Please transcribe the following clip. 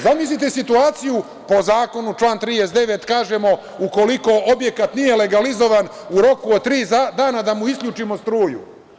Zamislite situaciju, po zakonu, član 39. kažemo – ukoliko objekat nije legalizovan u roku od tri dana da mu isključimo struju.